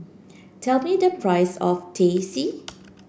tell me the price of Teh C